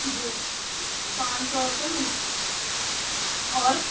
जी पाँच सौ रुपये मंथली और